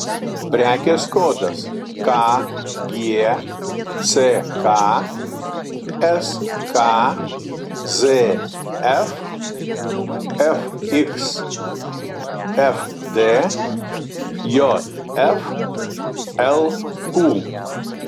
prekės kodas kgck skzf fxfd jflq